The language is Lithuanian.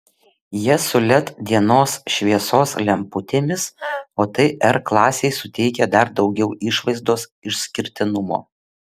jie su led dienos šviesos lemputėmis o tai r klasei suteikia dar daugiau išvaizdos išskirtinumo